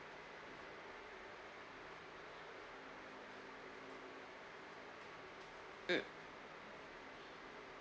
mm